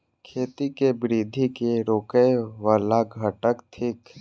खेती केँ वृद्धि केँ रोकय वला घटक थिक?